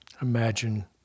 imagine